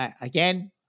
again